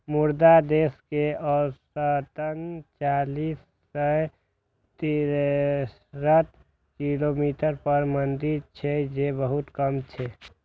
मुदा देश मे औसतन चारि सय तिरेसठ किलोमीटर पर मंडी छै, जे बहुत कम छै